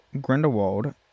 Grindelwald